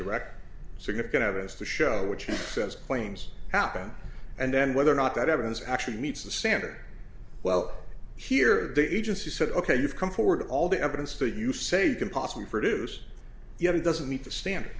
direct significant evidence to show which he says claims happened and then whether or not that evidence actually meets the standard well here the agency said ok you've come forward all the evidence that you say you can possibly produce you have it doesn't meet the standard